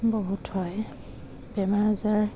বহুত হয় বেমাৰ আজাৰ